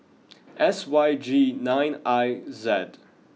S Y G nine I Z